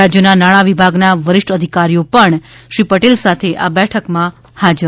રાજ્યના નાણાં વિભાગના વરીષ્ઠ અધિકારીઓ પણ શ્રી પટેલ સાથે આ બેઠક માં હાજર છે